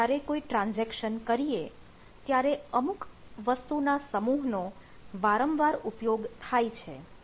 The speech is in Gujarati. આપણે જ્યારે કોઈ ટ્રાન્ઝેક્શન કરીએ ત્યારે અમુક વસ્તુના સમૂહ નો વારંવાર ઉપયોગ થાય છે